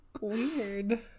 Weird